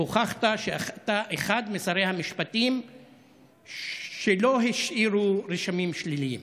הוכחת שאתה אחד משרי המשפטים שלא השאירו רשמים שליליים.